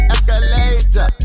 Escalator